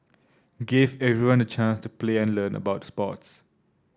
gave everyone the chance to play and learn about sports